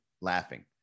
laughing